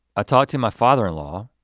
i talked to my father-in-law.